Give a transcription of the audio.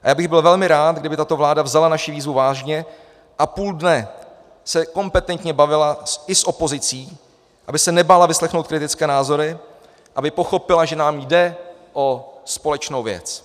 Já bych byl velmi rád, kdyby tato vláda vzala naši výzvu vážně a půl dne se kompetentně bavila i s opozicí, aby se nebála vyslechnout kritické názory, aby pochopila, že nám jde o společnou věc.